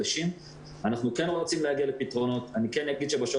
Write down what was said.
שאנחנו יותר רוצים לדחוף אותה לשוק